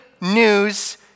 news